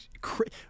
crazy